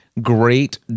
great